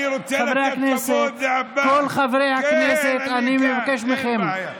אני רוצה לדבר ברצינות, ואני עצוב מאוד.